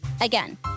Again